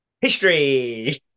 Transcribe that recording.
History